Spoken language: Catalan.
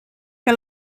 que